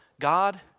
God